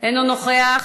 אינו נוכח,